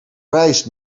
rijst